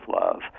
love